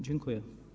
Dziękuję.